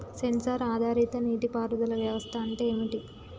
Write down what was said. Censor ఆధారిత నీటి పారుదల వ్యవస్థ అంటే ఏమిటి?